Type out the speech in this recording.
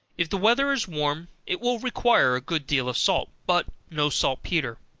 if the weather is warm, it will require a good deal of salt, but no saltpetre.